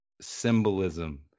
symbolism